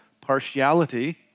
partiality